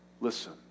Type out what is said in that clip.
listen